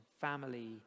family